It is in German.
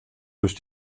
durch